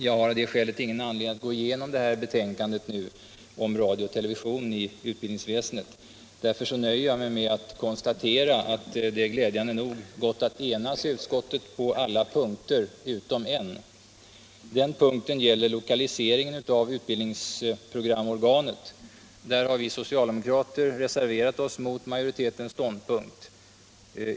Jag har av det skälet ingen anledning att nu gå igenom betänkandet om radio och television i utbildningsväsendet utan nöjer mig med att konstatera att det glädjande nog gått att enas i utskottet på alla punkter utom en. Den punkten gäller lokaliseringen av utbildningsprogramorganet. Där har vi socialdemokrater reserverat oss mot majoritetens ståndpunkt.